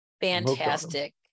Fantastic